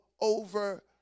over